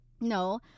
No